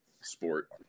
sport